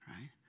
Right